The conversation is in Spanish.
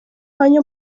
año